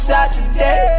Saturday